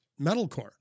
metalcore